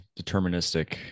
deterministic